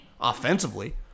offensively